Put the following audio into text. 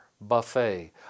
buffet